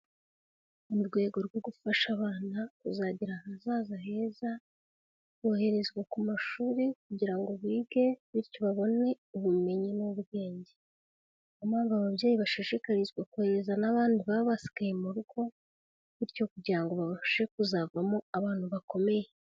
Mu rwego rwo gufasha abana kuzagira ahazaza heza, boherezwa ku mashuri kugira ngo bige, bityo babone ubumenyi n'ubwenge, niyo mpamvu ababyeyi bashishikarizwa kohereza n'abandi baba basigaye mu rugo, bityo kugira ngo babashe kuzavamo abantu bakomeye.